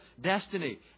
destiny